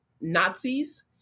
Nazis